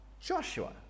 Joshua